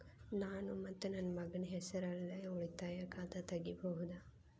ನಾನು ಮತ್ತು ನನ್ನ ಮಗನ ಹೆಸರಲ್ಲೇ ಉಳಿತಾಯ ಖಾತ ತೆಗಿಬಹುದ?